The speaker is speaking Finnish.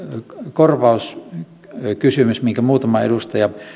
korvauskysymys minkä muutama edustaja